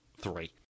three